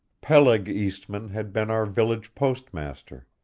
peleg eastmann had been our village postmaster,